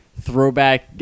throwback